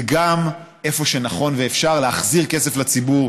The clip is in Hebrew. וגם, איפה שנכון ואפשר, להחזיר כסף לציבור.